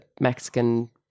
Mexican